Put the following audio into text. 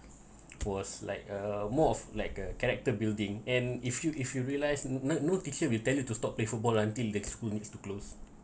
was like uh more of like a character building and if you if you realize no no teacher will tell you to stop play football lah until the school needs to close